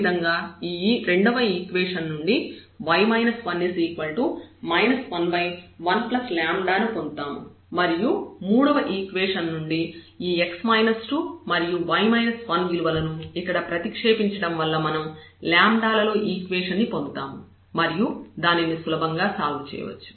అదేవిధంగా ఈ రెండవ ఈక్వేషన్ నుండి y 1 11λ ను పొందుతాము మరియు మూడవ ఈక్వేషన్ నుండి ఈ x 2 మరియు y 1 విలువలను ఇక్కడ ప్రతిక్షేపించడం వల్ల మనం లలో ఈక్వేషన్ ను పొందుతాము మరియు దానిని సులభంగా సాల్వ్ చేయవచ్చు